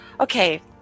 Okay